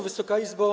Wysoka Izbo!